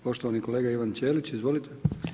Poštovani kolega Ivan Ćelić, izvolite.